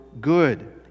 good